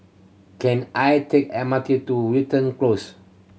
can I take M R T to Wilton Close